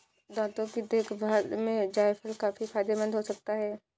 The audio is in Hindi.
दांतों की देखभाल में जायफल काफी फायदेमंद हो सकता है